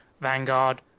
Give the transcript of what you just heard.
Vanguard